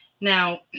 Now